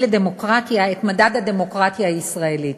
לדמוקרטיה את מדד הדמוקרטיה הישראלית.